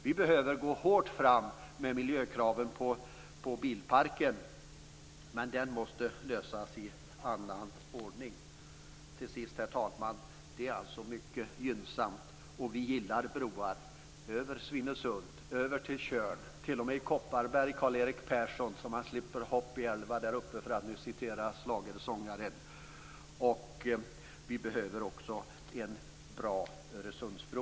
Vi behöver gå hårt fram med miljökraven på bilparken, men den frågan måste lösas i annan ordning. Allra sist: Det är mycket gynnsamt med broar, och vi gillar broar - över Svinesund, över till Tjörn, t.o.m. "hopp' i älva" där uppe, för att nu citera schlagersångaren. Vi behöver också en bra Öresundsbro.